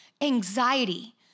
anxiety